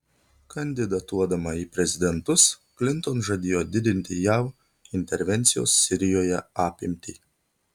kandidatuodama į prezidentus klinton žadėjo didinti jav intervencijos sirijoje apimtį